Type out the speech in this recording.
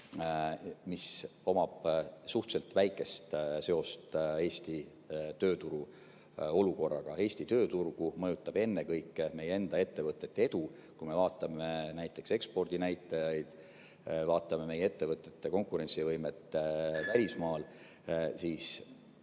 mis omab suhteliselt väikest seost Eesti tööturu olukorraga. Eesti tööturgu mõjutab ennekõike meie enda ettevõtete edu. Kui me vaatame näiteks ekspordinäitajaid, vaatame meie ettevõtete konkurentsivõimet välismaal, siis